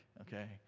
okay